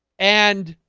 and